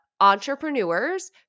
entrepreneurs